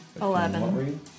Eleven